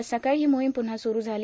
आज सकाळी ही मोहिम पुव्हा सुरू झाली